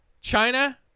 China